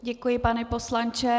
Děkuji, pane poslanče.